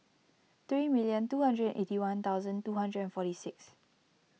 three million two hundred eighty one thousand two hundred forty six